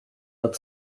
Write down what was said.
not